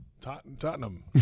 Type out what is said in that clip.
Tottenham